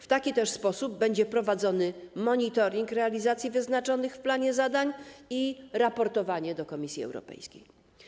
W taki też sposób będą prowadzone monitoring realizacji wyznaczonych w planie zadań i raportowanie do Komisji Europejskiej.